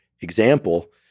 example